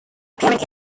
appearing